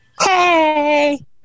Hey